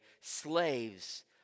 slaves